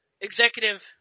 executive